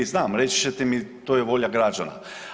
Znam, reći ćete mi to je volja građana.